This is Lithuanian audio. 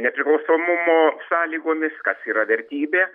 nepriklausomumo sąlygomis kas yra vertybė